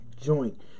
joint